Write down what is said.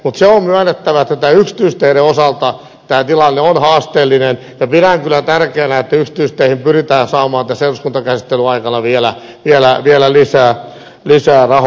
mutta se on myönnettävä että yksityisteiden osalta tämä tilanne on haasteellinen ja pidän kyllä tärkeänä että yksityisteihin pyritään saamaan tässä eduskuntakäsittelyn aikana vielä lisää rahoitusta